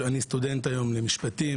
אני סטודנט היום למשפטים,